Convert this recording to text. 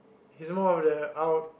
he's more of the out